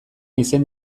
izen